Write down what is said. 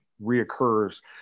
reoccurs